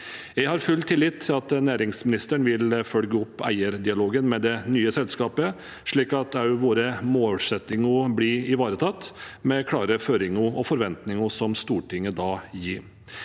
Jeg har full tillit til at næringsministeren vil følge opp eierdialogen med det nye selskapet, slik at våre målsettinger blir ivaretatt, med klare føringer og forventninger som Stortinget gir.